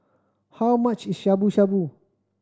how much Shabu Shabu